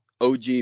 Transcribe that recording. OG